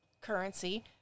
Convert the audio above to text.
currency